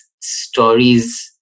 stories